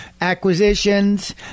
acquisitions